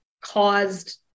caused